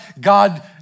God